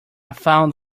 found